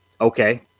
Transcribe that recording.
Okay